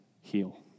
heal